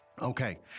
Okay